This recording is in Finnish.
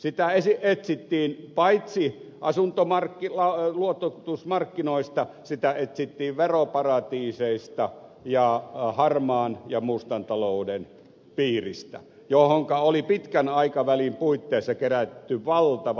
sitä etsittiin paitsi asuntoluototusmarkkinoista sitä etsittiin veroparatiiseista ja harmaan ja mustan talouden piiristä johonka oli pitkän aikavälin puitteissa kerätty valtavat pääomat